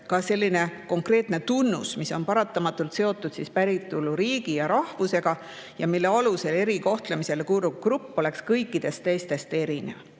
ka selline konkreetne tunnus, mis on paratamatult seotud päritoluriigi ja rahvusega ja mille alusel erikohtlemisele kuuluv grupp oleks kõikidest teistest erinev.